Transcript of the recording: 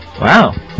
Wow